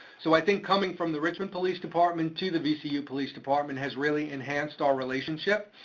so i think coming from the richmond police department to the vcu police department has really enhanced our relationship.